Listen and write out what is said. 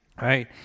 Right